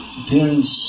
appearance